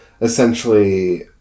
essentially